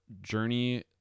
journey